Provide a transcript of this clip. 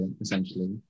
essentially